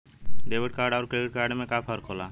Debit card अउर credit card में का फर्क होला?